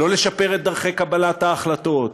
לא לשפר את דרכי קבלת ההחלטות,